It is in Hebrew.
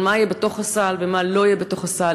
על מה יהיה בתוך הסל ומה לא יהיה בתוך הסל,